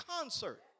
concert